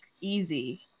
easy